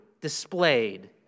displayed